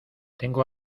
tengo